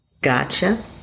Gotcha